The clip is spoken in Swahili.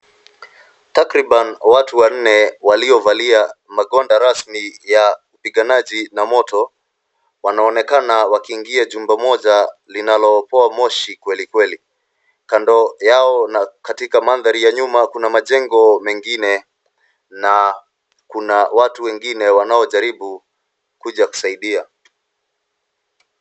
Takriban watu wanne waliovalia magwanda rasmi ya wapiganaji na Moto wanaonekana wakiingia katika jumba moja linalotoa moshi kwelikweli. Kando yao na katika mandhari ya nyuma kuna majengo mengine na watu wengine wanaojaribu kuja kusaidia.